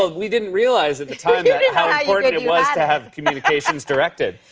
ah we didn't realize at the time yeah yeah how how important it and was to have communications directed.